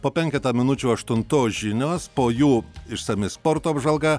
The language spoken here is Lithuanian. po penketą minučių aštuntos žinios po jų išsami sporto apžvalga